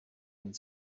and